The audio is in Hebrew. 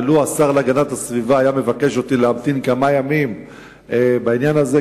ולו היה השר להגנת הסביבה מבקש ממני להמתין כמה ימים בעניין הזה,